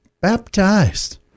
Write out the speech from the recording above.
baptized